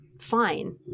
fine